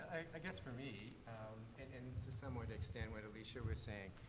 i guess for me, ah, an and to somewhat extend what alicia was saying,